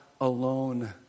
alone